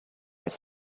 its